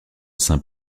saint